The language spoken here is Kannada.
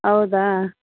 ಹೌದಾ